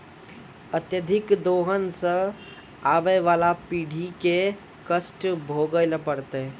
अत्यधिक दोहन सें आबय वाला पीढ़ी क कष्ट भोगै ल पड़तै